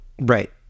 Right